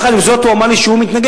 יחד עם זאת, הוא אמר לי שהוא מתנגד.